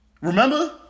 Remember